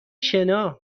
شنا